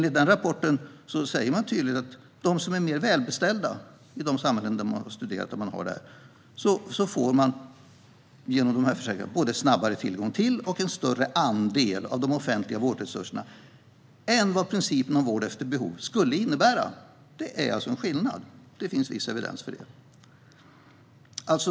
I rapporten sägs det tydligt att i de samhällen där man har det här och som studerats får de som är mer välbeställda snabbare tillgång till och en större andel av de offentliga vårdresurserna genom de här försäkringarna än vad principen om vård efter behov skulle innebära. Det är alltså en skillnad. Det finns viss evidens för det.